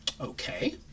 okay